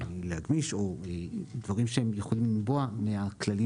להגמיש או דברים שיכולים לנבוע מהכללים